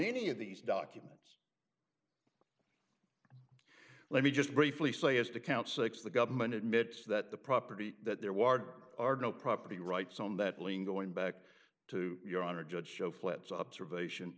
any of these documents let me just briefly say as to count six the government admits that the property that there was no property rights on that lien going back to your honor judge show flits observation